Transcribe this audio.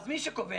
אז מי שקובע,